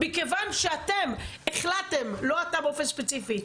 מכיוון שאתם החלטתם, לא אתה באופן ספציפי.